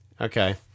Okay